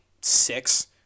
six